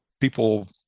people